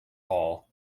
all